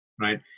right